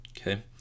okay